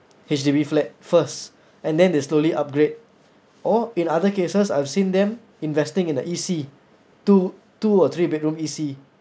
H_D_B flat first and then they slowly upgrade or in other cases I've seen them investing in a E_C two two or three bedroom E_C